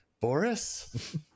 Boris